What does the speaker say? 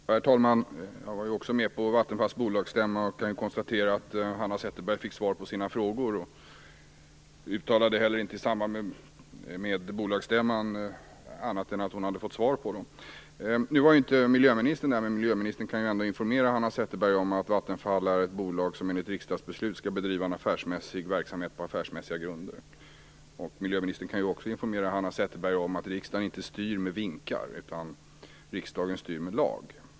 Herr talman! Jag var också med på Vattenfalls bolagsstämma. Jag kan konstatera att Hanna Zetterberg fick svar på sina frågor. I samband med bolagsstämman uttalade hon inte heller annat än hon hade fått svar på dem. Miljöministern var ju inte där, men hon kan ändå informera Hanna Zetterberg om att Vattenfall är ett bolag som enligt riksdagsbeslut skall bedriva en affärsmässig verksamhet på affärsmässiga grunder. Miljöministern kan också informera Hanna Zetterberg om att riksdagen inte styr med vinkar, utan med lag.